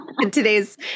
today's